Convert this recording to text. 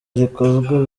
rikozwe